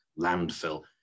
landfill